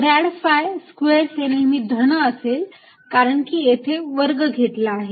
Grad phi square हे नेहमी धन असेल कारण की येथे वर्ग घेतला आहे